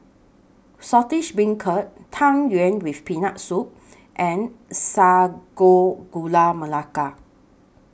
Saltish Beancurd Tang Yuen with Peanut Soup and Sago Gula Melaka